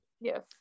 Yes